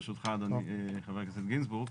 ברשותך חבר הכנסת גינזבורג.